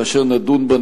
כאשר נדון בה,